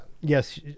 yes